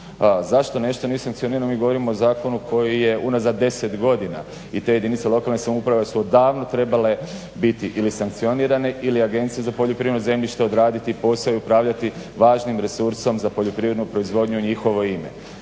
Zašto nešto nije sankcionirano? Mi govorimo o zakonu koji je unazad deset godina i te jedinice lokalne samouprave su odavno trebale biti ili sankcionirane ili Agencija za poljoprivredno zemljište odraditi posao i upravljati važnim resursom za poljoprivrednu proizvodnju u njihovo ime.